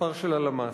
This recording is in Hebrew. מספר של הלמ"ס.